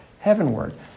heavenward